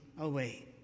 away